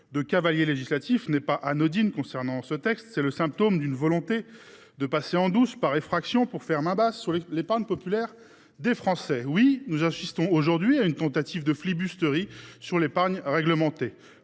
de cavalier législatif n’est pas anodine : c’est le symptôme d’une volonté de passer en douce, par effraction, pour faire main basse sur l’épargne populaire des Français. Oui, nous assistons aujourd’hui à une tentative de flibusterie sur l’épargne réglementée.